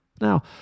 Now